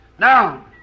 Now